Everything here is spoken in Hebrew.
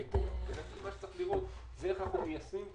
לכן צריכים לראות איך אנחנו מיישמים את